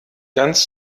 ganz